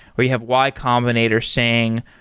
or you have y combinator saying,